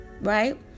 right